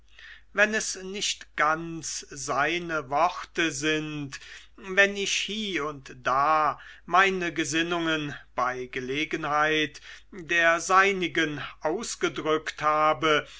wenn es nicht ganz seine worte sind wenn ich hie und da meine gesinnungen bei gelegenheit der seinigen ausgedrückt habe